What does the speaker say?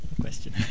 Question